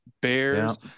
bears